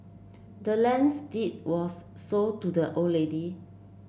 the land's deed was sold to the old lady